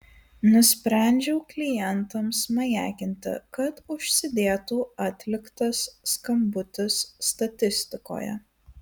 nusprendžiau klientams majakinti kad užsidėtų atliktas skambutis statistikoje